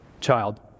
Child